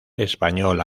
español